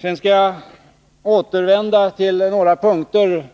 Jag skall återvända till några punkter